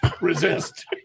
Resist